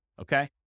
Okay